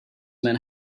men